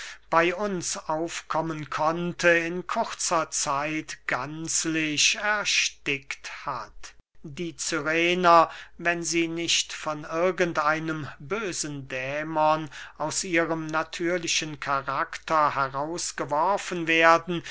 bey uns aufkommen konnte in kurzer zeit gänzlich erstickt hat die cyrener wenn sie nicht von irgend einem bösen dämon aus ihrem natürlichen karakter herausgeworfen werden